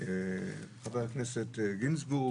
שאמר חבר הכנסת גינזבורג,